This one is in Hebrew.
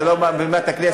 זה לא מעל בימת הכנסת.